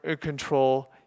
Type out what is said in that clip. control